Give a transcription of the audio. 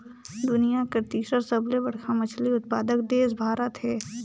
दुनिया कर तीसर सबले बड़खा मछली उत्पादक देश भारत हे